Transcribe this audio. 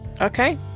Okay